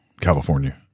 California